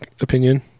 opinion